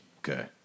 Okay